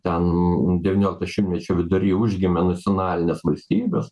ten devyniolikto šimtmečio vidury užgimė nacionalinės valstybės